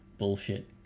bullshit